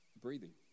Breathing